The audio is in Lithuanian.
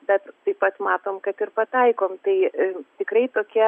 bet taip pat matom kad ir pataikom tai tikrai tokia